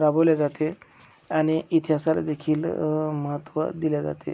राबवल्या जाते आणि इतिहासाला देखील महत्त्व दिलं जाते